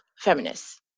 feminists